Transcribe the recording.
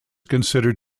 considered